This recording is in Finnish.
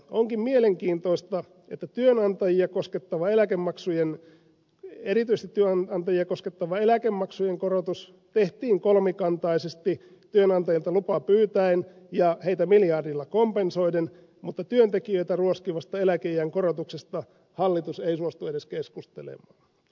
onkin mielenkiintoista että erityisesti työnantajia koskettava eläkemaksujen korotus tehtiin kolmikantaisesti työnantajilta lupa pyytäen ja heitä miljardilla kompensoiden mutta työntekijöitä ruoskivasta eläkeiän korotuksesta hallitus ei suostu edes keskustelemaan